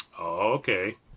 Okay